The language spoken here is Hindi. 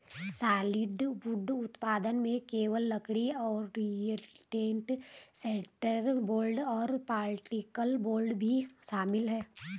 सॉलिडवुड उत्पादों में केवल लकड़ी, ओरिएंटेड स्ट्रैंड बोर्ड और पार्टिकल बोर्ड भी शामिल है